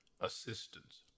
assistance